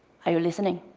are you listening?